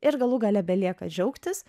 ir galų gale belieka džiaugtis